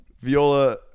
Viola